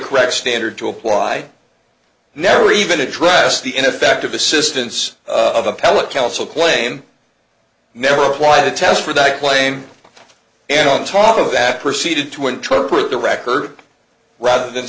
correct standard to apply never even addressed the ineffective assistance of appellate counsel claim never apply the test for that claim and on top of that proceeded to interpret the record rather than